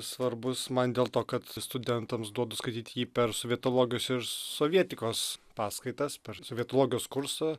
svarbus man dėl to kad studentams duodu skaityti jį per sovietologijos ir sovietikos paskaitas per sovietologijos kursą